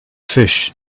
fish